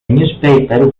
newspaper